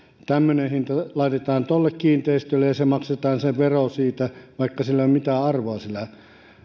tämmöinen hinta laitetaan tuolle kiinteistölle ja maksetaan se vero siitä vaikka sillä